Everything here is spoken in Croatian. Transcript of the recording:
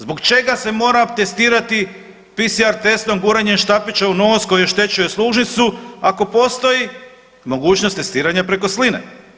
Zbog čega se mora testirati PCR testom guranjem štapića u nos koji oštećuje sluznicu ako postoji mogućnost testiranja preko sline.